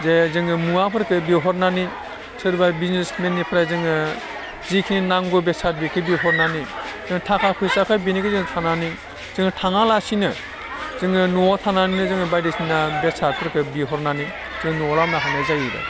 जे जोङो मुवाफोरखौ बिहरनानै सोरबा बिजिनेसमेननिफ्राय जोङो जिखिनि नांगौ बेसाद बेखौ बिहरनानै थाखा फैसाखौ बेनि गेजेरजों थानानै जोङो थाङालासिनो जोङो न'वाव थानानैनो जोङो बायदिसिना बेसादफोरखौ बिहरनानै जों न'वाव लाबोनो हानाय जाहैबाय